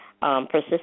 Persistent